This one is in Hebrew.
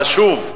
חשוב: